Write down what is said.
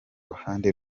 ruhande